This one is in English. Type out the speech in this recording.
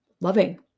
loving